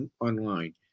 online